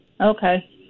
okay